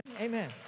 Amen